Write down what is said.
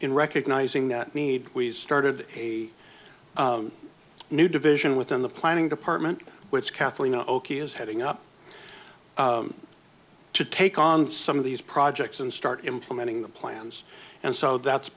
in recognizing that need we started a new division within the planning department which kathleen oaky is heading up to take on some of these projects and start implementing the plans and so that's